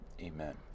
Amen